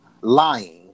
lying